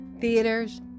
theaters